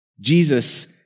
Jesus